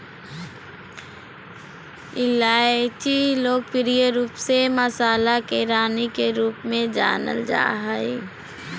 इलायची लोकप्रिय रूप से मसाला के रानी के रूप में जानल जा हइ